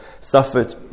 suffered